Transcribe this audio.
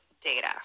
data